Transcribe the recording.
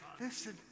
listen